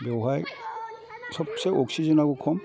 बेवहाय सबसे अक्सिजेनाबो खम